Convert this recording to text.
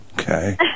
Okay